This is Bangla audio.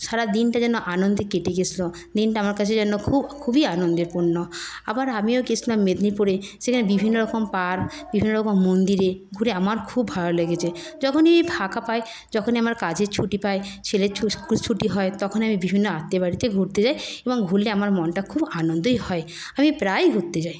সারাদিনটা যেন আনন্দে কেটে গেছিল দিনটা আমার কাছে যেন খুব খুবই আনন্দপূর্ণ আবার আমিও গেছিলাম মেদিনীপুরে সেখানে বিভিন্নরকম পার্ক বিভিন্নরকম মন্দিরে ঘুরে আমার খুব ভালো লেগেছে যখনই ফাঁকা পাই যখনই আমার কাজের ছুটি পাই ছেলের স্কুল ছুটি হয় তখনই আমি বিভিন্ন আত্মীয়র বাড়িতে ঘুরতে যাই এবং ঘুরলে আমার মনটা খুব আনন্দই হয় আমি প্রায়ই ঘুরতে যাই